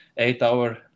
Eight-hour